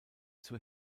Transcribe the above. zur